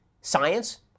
science